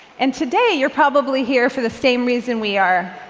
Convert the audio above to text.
and today, you're probably here for the same reason we are.